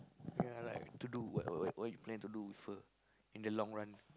ya like to do what what what you plan to do with her in the long run